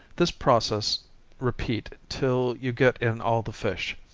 this process repeat till you get in all the fish,